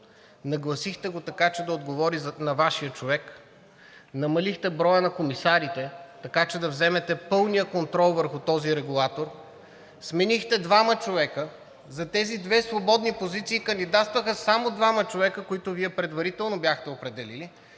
нагласихте го така, че да отговори на Вашия човек, намалихте броя на комисарите, така че да вземете пълния контрол върху този регулатор, сменихте двама човека. За тези две свободни позиции кандидатстваха само двама човека, които Вие предварително бяхте определили.